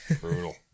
Brutal